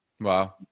Wow